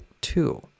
two